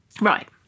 Right